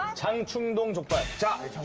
ah jangchung-dong jokbal.